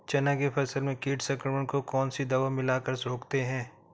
चना के फसल में कीट संक्रमण को कौन सी दवा मिला कर रोकते हैं?